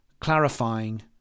clarifying